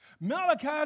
Malachi